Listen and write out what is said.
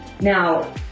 Now